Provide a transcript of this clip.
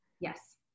Yes